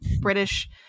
british